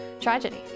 tragedy